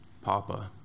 Papa